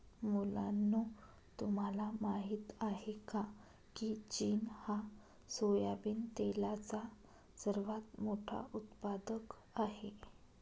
मुलांनो तुम्हाला माहित आहे का, की चीन हा सोयाबिन तेलाचा सर्वात मोठा उत्पादक आहे